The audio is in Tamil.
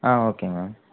ah okay ma'am